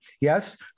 yes